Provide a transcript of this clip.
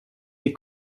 des